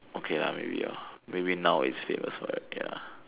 okay lah maybe hor maybe now it's famous for it ya